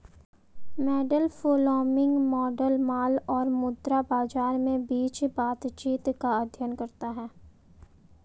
Mundell Fleming model माल और मुद्रा बाजार के बीच बातचीत का अध्ययन करता है